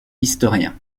historien